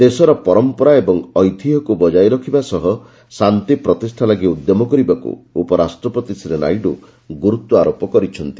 ଦେଶର ପରମ୍ପରା ଏବଂ ଐତିହ୍ୟକୁ ବକ୍ତାୟ ରଖିବା ସହ ଶାନ୍ତି ପ୍ରତିଷ୍ଠା ଲାଗି ଉଦ୍ୟମ କରିବାକୁ ଉପରାଷ୍ଟ୍ରପତି ଶ୍ରୀ ନାଇଡୁ ଗୁରୁତ୍ୱାରୋପ କରିଛନ୍ତି